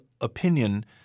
opinion